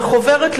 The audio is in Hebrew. וחוברת,